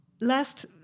Last